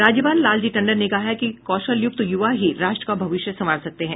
राज्यपाल लालजी टंडन ने कहा कि कौशलयुक्त युवा ही राष्ट्र का भविष्य संवार सकते हैं